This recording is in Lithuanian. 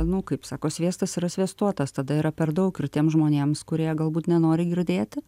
nu kaip sako sviestas yra sviestuotas tada yra per daug ir tiem žmonėms kurie galbūt nenori girdėti